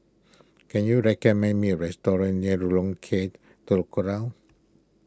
can you recommend me a restaurant near K Telok Kurau